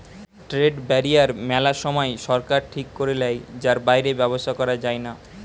trade barrier মেলা সময় সরকার ঠিক করে লেয় যার বাইরে ব্যবসা করা যায়না